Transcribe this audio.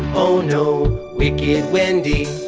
oh no, wicked wendy.